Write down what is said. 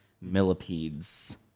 millipedes